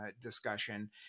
discussion